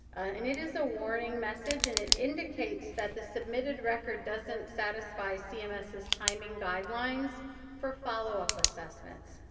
and it is a warning message. and it indicates that the submitted record doesn't satisfy cms's timing guidelines for follow-up assessments.